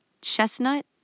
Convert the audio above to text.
chestnut